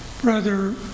brother